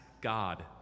God